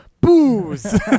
Booze